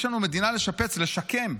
יש לנו מדינה לשפץ, לשקם.